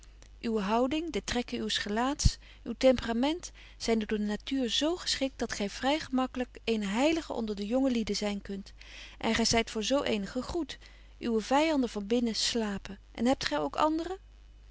uwe houding de trekken uws gelaats uw temperament zyn door de natuur z geschikt dat gy vry gemakkelyk eene heilige onder de jonge lieden zyn kunt en gy zyt voor zo eene gegroet uwe vyanden van binnen slapen en hebt gy ook anderen